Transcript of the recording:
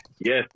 Yes